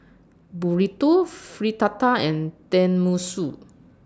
Burrito Fritada and Tenmusu